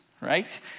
right